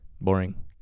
Boring